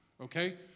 Okay